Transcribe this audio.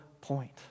point